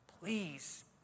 please